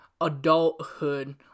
adulthood